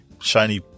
shiny